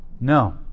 No